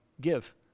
give